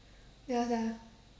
ya